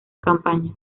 campaña